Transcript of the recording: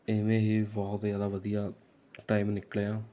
ਇਵੇਂ ਹੀ ਬਹੁਤ ਜ਼ਿਆਦਾ ਵਧੀਆ ਟਾਈਮ ਨਿਕਲਿਆ